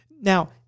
Now